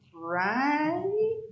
right